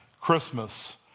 Christmas